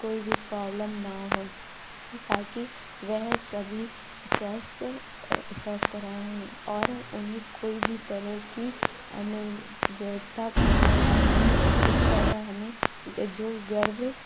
कोई भी प्रॉब्लम न हो ताकि वह सभी स्वस्थ स्वस्थ रहें और उन्हें कोई भी तरह की अनुव्यवस्था पूर्ण न हों इस तरह हमें जो गर्भ